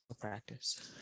practice